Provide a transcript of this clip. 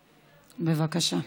בבקשה.